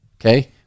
Okay